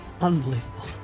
Unbelievable